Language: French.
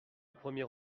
premier